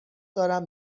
دارم